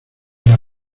era